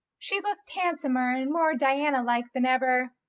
she looked handsomer and more diana-like than ever.